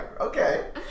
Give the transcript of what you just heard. Okay